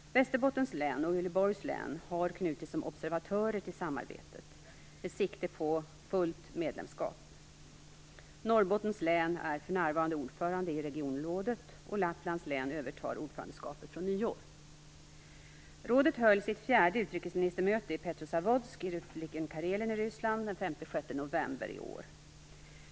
Västerbottens län och Uleåborgs län har knutits som observatörer till samarbetet med sikte på fullt medlemskap. Norrbottens län är för närvarande ordförande i regionrådet, och Lapplands län övertar ordförandeskapet från nyår. november i år.